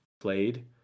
played